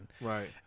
Right